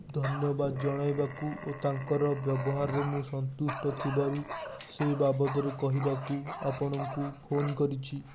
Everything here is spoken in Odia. ଧନ୍ୟବାଦ ଜଣାଇବାକୁ ଓ ତାଙ୍କର ବ୍ୟବହାରରେ ମୁଁ ସନ୍ତୁଷ୍ଟ ଥିବାରୁ ସେହି ବାବଦରେ କହିବାକୁ ମୁଁ ଅପଣଙ୍କୁ ଫୋନ୍ କରିଛି